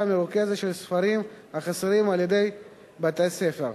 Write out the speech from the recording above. מרוכזת של הספרים החסרים על-ידי בתי-הספר,